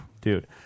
Dude